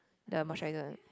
the moisturiser